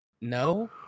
No